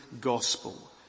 gospel